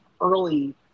early